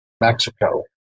Mexico